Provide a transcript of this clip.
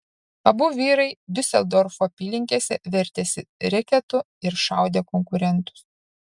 abu vyrai diuseldorfo apylinkėse vertėsi reketu ir šaudė konkurentus